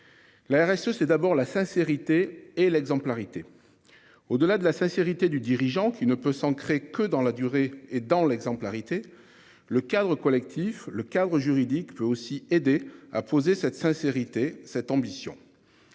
La RSE. C'est d'abord la sincérité et l'exemplarité. Au delà de la sincérité du dirigeant qui ne peut s'ancrer que dans la durée et dans l'exemplarité. Le cadre collectif, le cadre juridique peut aussi aider à poser cette sincérité cette ambition.